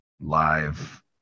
live